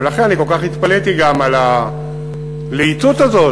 ולכן גם כל כך התפלאתי על הלהיטות הזאת